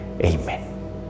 Amen